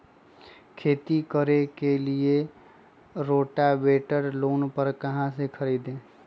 खेती करने के लिए रोटावेटर लोन पर कहाँ से खरीदे?